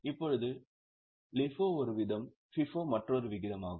இப்போது LIFO ஒரு விதம் FIFO மற்றொரு விதமாகும்